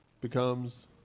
becomes